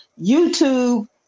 YouTube